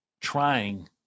trying